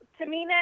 Tamina